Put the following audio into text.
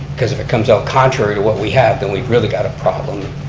cause if it comes out contrary to what we have then we've really got a problem,